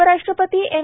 उपराष्ट्रपती एम